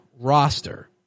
roster